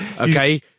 Okay